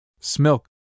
Smilk